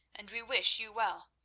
and we wish you well,